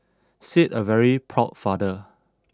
said a very proud father